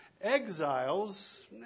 exiles